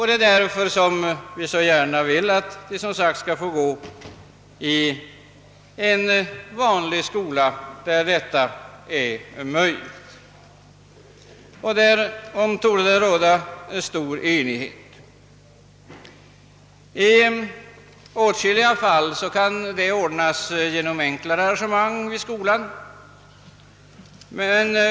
Det är därför vi så gärna vill att de, när detta är möjligt, skall få gå i en vanlig skola. Om angelägenheten härav torde för övrigt stort enighet råda. I åtskilliga fall kan saken ordnas genom enklare arrangemang i skolan.